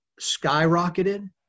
skyrocketed